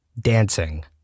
Dancing